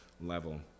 level